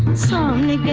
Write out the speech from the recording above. so